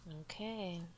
Okay